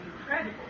incredible